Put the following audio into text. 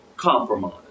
compromise